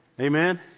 Amen